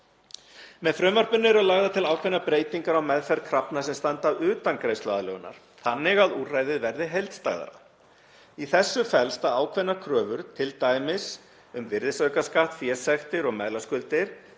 Með frumvarpinu eru lagðar til ákveðnar breytingar á meðferð krafna sem standa utan greiðsluaðlögunar, þannig að úrræðið verði heildstæðara. Í þessu felst að ákveðnar kröfur, t.d. um virðisaukaskatt, fésektir og meðlagsskuldir,